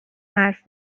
حرف